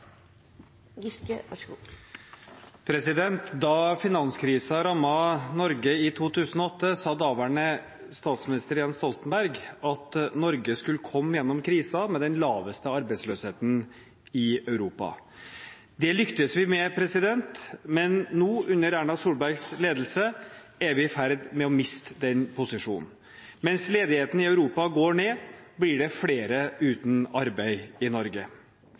Da finanskrisen rammet Norge i 2008, sa daværende statsminister Jens Stoltenberg at Norge skulle komme gjennom krisen med den laveste arbeidsløsheten i Europa. Det lyktes vi med. Men nå, under Erna Solbergs ledelse, er vi i ferd med å miste den posisjonen. Mens ledigheten i Europa går ned, blir det flere uten arbeid i Norge.